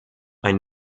ein